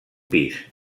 pis